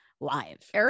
live